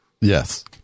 Yes